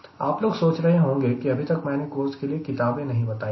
आप लोग सोच रहे होंगे कि अभी तक मैंने कोर्स के लिए किताबें नहीं बताई है